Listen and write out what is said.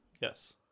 Yes